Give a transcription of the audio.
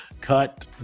Cut